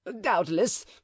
doubtless